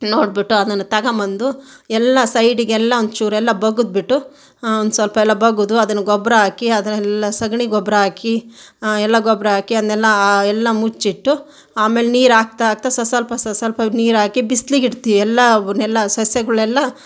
ನೋಡಿಬಿಟ್ಟು ಅದನ್ನು ತಗಬಂದು ಎಲ್ಲ ಸೈಡಿಗೆಲ್ಲ ಒಂಚೂರೆಲ್ಲ ಬಗೆದುಬಿಟ್ಟು ಒಂದ್ಸ್ವಲ್ಪ ಎಲ್ಲ ಬಗೆದು ಅದನ್ನು ಗೊಬ್ಬರ ಹಾಕಿ ಅದೆಲ್ಲ ಸೆಗಣಿ ಗೊಬ್ಬರ ಹಾಕಿ ಎಲ್ಲ ಗೊಬ್ಬರ ಹಾಕಿ ಅದನ್ನೆಲ್ಲ ಎಲ್ಲ ಮುಚ್ಚಿಟ್ಟು ಆಮೇಲೆ ನೀರು ಹಾಕ್ತಾ ಹಾಕ್ತಾ ಸ ಸ್ವಲ್ಪ ಸ ಸ್ವಲ್ಪ ನೀರು ಹಾಕಿ ಬಿಸಿಲಿಗಿಡ್ತೀವಿ ಎಲ್ಲ ನೆಲ್ಲಾ ಸಸ್ಯಗಳೆಲ್ಲ